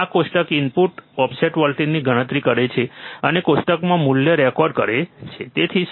આ કોષ્ટક input offset વોલ્ટેજની ગણતરી કરે છે અને કોષ્ટકમાં મૂલ્ય રેકોર્ડ કરે છે તેથી સરળ